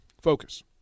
Focus